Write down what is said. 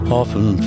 often